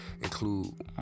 include